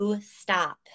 Stop